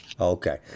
Okay